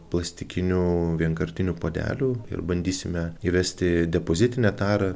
plastikinių vienkartinių puodelių ir bandysime įvesti depozitinę tarą